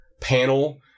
panel